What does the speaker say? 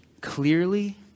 clearly